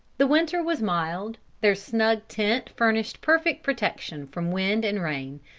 the winter was mild. their snug tent furnished perfect protection from wind and rain.